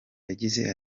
yagize